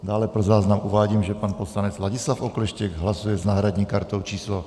Dále pro záznam uvádím, že pan poslanec Ladislav Okleštěk hlasuje s náhradní kartou číslo 77.